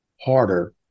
harder